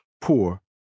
poor